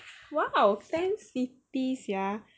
!wow! fan city sia